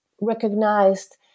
recognized